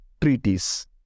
treaties